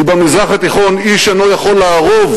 כי במזרח התיכון איש אינו יכול לערוב